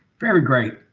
very great.